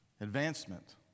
advancement